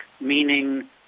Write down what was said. meaning